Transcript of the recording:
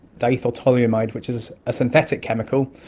dimethyltoluamide, which is a synthetic chemical,